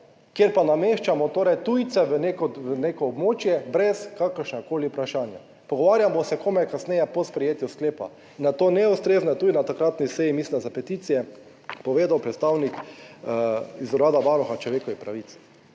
kjer pa nameščamo torej tujce v neko območje brez kakršnega koli vprašanja, pogovarjamo se komaj kasneje po sprejetju sklepa in je to neustrezno, je tudi na takratni seji mislim, da za peticije povedal predstavnik iz Urada Varuha človekovih pravic.